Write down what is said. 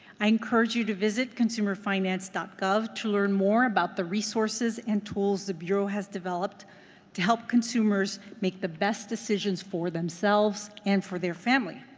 i encourage you to visit consumerfinance gov to learn more about the resources and tools the bureau has developed to help consumers make the best decisions for themselves and for their family.